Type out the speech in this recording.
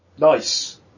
Nice